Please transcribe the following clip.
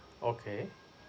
okay